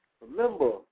remember